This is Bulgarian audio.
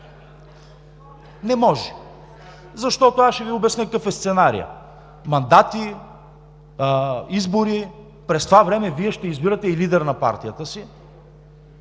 Не може. Защото аз ще Ви обясня какъв е сценарият: мандати, избори, през това време Вие ще избирате и лидер на партията си,